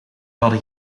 hadden